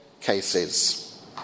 cases